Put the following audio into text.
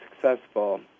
successful